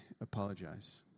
apologize